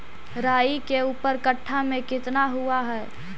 राई के ऊपर कट्ठा में कितना हुआ है?